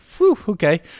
okay